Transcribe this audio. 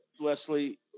Leslie